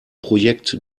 projekt